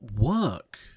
work